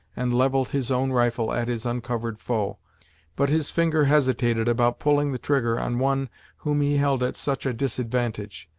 and levelled his own rifle at his uncovered foe but his finger hesitated about pulling the trigger on one whom he held at such a disadvantage.